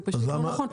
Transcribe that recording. זה פשוט לא נכון.